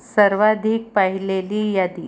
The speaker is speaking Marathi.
सर्वाधिक पाहिलेली यादी